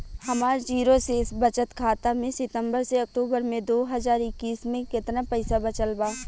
हमार जीरो शेष बचत खाता में सितंबर से अक्तूबर में दो हज़ार इक्कीस में केतना पइसा बचल बा?